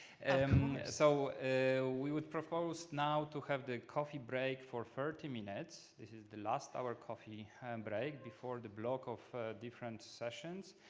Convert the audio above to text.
and um so we we propose now to have the coffee break for thirty minutes. this is the last our coffee break before the block of different sessions.